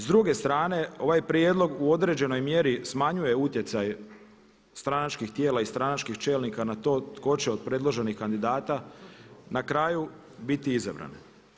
S druge strane ovaj prijedlog u određenoj mjeri smanjuje utjecaj stranačkih tijela i stranačkih čelnika na to tko će od predloženih kandidata na kraju biti izabran.